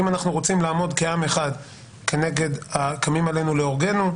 אם אנחנו רוצים לעמוד כעם אחד כנגד הקמים עלינו להורגנו,